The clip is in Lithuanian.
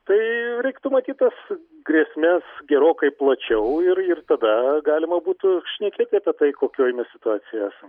tai reiktų matyt tas grėsmes gerokai plačiau ir ir tada galima būtų šnekėti apie tai kokioj mes situacijoj esam